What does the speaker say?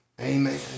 amen